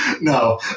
No